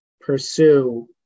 pursue